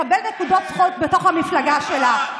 היא משחקת איתנו את המשחק הזה כדי לקבל נקודות זכות בתוך המפלגה שלה.